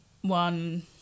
one